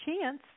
chance